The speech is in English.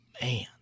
Man